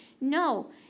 No